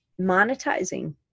monetizing